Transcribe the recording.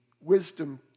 wisdom